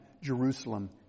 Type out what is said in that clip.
Jerusalem